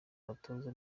abatoza